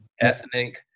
ethnic